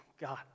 God